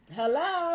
hello